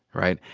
right?